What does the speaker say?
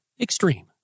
extreme